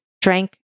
drank